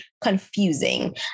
confusing